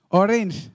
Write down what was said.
orange